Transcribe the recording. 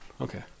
Okay